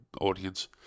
audience